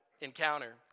encounter